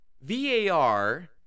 VAR